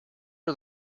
are